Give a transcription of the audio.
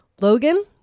Logan